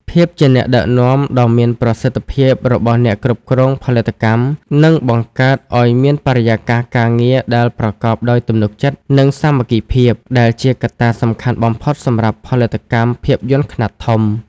ភាពជាអ្នកដឹកនាំដ៏មានប្រសិទ្ធភាពរបស់អ្នកគ្រប់គ្រងផលិតកម្ម នឹងបង្កើតឱ្យមានបរិយាកាសការងារដែលប្រកបដោយទំនុកចិត្ត និងសាមគ្គីភាព ដែលជាកត្តាសំខាន់បំផុតសម្រាប់ផលិតកម្មភាពយន្តខ្នាតធំ។